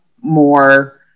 more